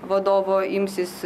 vadovo imsis